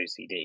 OCD